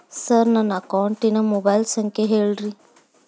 sir ನನ್ನ ಅಕೌಂಟಿನ mobile ಸಂಖ್ಯೆ ಹೇಳಿರಿ